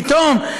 פתאום,